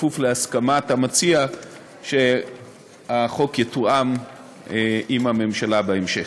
כפוף להסכמת המציע שהחוק יתואם עם הממשלה בהמשך.